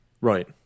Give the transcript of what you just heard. Right